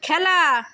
খেলা